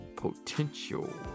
potential